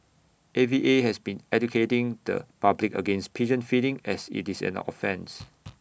A V A has been educating the public against pigeon feeding as IT is an offence